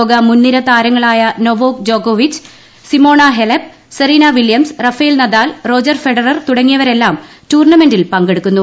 ലോക മുൻ നിര താരങ്ങളായ നൊവാക് ജോക്കോവിച്ച് Simona Halep Serena Williams Rafael Nadal Roger Federer തുടങ്ങിയവരെല്ലാം ടൂർണമെന്റിൽ പങ്കെടുക്കുന്നു